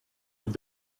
with